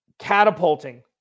catapulting